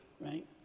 right